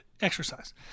exercise